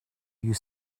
you